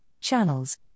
channels